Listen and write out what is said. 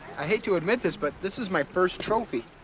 i hate to admit this, but this is my first trophy.